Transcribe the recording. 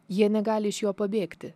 jie negali iš jo pabėgti